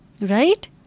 Right